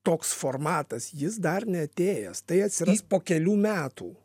toks formatas jis dar neatėjęs tai atsiras po kelių metų